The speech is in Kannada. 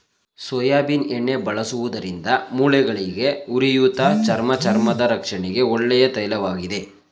ಸೋಯಾಬೀನ್ ಎಣ್ಣೆ ಬಳಸುವುದರಿಂದ ಮೂಳೆಗಳಿಗೆ, ಉರಿಯೂತ, ಚರ್ಮ ಚರ್ಮದ ರಕ್ಷಣೆಗೆ ಒಳ್ಳೆಯ ತೈಲವಾಗಿದೆ